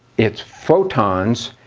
it's photons,